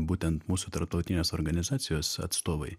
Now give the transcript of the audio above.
būtent mūsų tarptautinės organizacijos atstovai